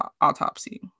autopsy